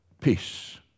Peace